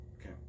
Okay